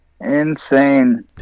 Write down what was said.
Insane